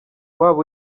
waba